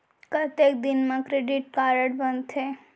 कतेक दिन मा क्रेडिट कारड बनते?